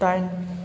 दाइन